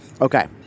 Okay